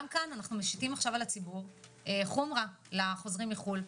גם כאן אנחנו משיתים עכשיו על הציבור חומרה לחוזרים מחו"ל,